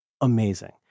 amazing